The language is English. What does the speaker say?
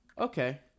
Okay